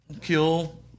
kill